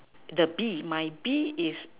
the B my B is